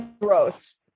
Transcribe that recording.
gross